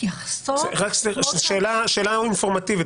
מתייחסות -- רק שאלה אינפורמטיבית,